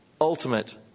ultimate